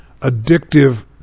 addictive